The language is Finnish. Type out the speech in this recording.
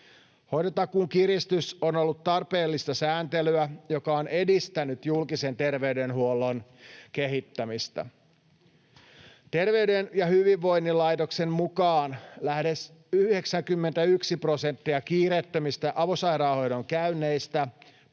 Hoitotakuun kiristys on ollut tarpeellista sääntelyä, joka on edistänyt julkisen terveydenhuollon kehittämistä. Terveyden ja hyvinvoinnin laitoksen mukaan lähes 91 prosenttia kiireettömistä avosairaanhoidon käynneistä